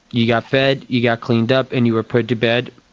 you got fed, you got cleaned up and you were put to bed.